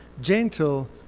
gentle